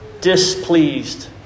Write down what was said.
displeased